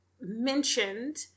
mentioned